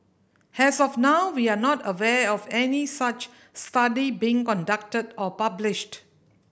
as of now we are not aware of any such study being conducted or published